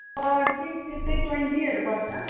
पर piece त्यस्तै ट्वेन्टीहरू पर्छ